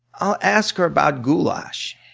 i'll ask her about goulash.